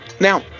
now